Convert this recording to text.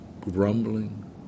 grumbling